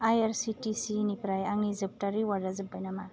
आइ R C T C निफ्राय आंनि जोबथा रिवार्डआ जोब्बाय नामा